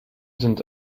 sind